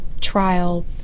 trial